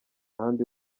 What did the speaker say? ahandi